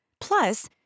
Plus